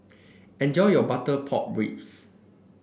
enjoy your Butter Pork Ribs